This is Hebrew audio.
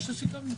מה שסיכמנו.